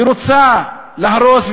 היא רוצה להרוס,